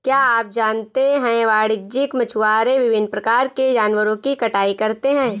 क्या आप जानते है वाणिज्यिक मछुआरे विभिन्न प्रकार के जानवरों की कटाई करते हैं?